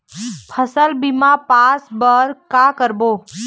फसल बीमा पास बर का करबो?